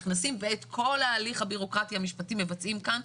נכנסים ואת כל ההליך הביורוקרטי המשפטי מבצעים כאן,